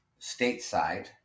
stateside